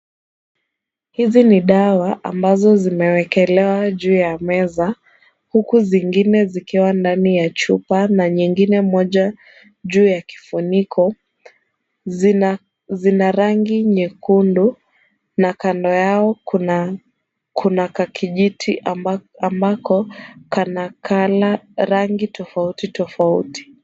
Hizi ni dawa ambazo zimewekelewa juu ya meza huku zingine zikiwa ndani ya chupa na nyingine moja juu ya kifuniko zina rangi nyekundu na kando yao kuna kakijiti ambako kana color rangi tofauti tofauti.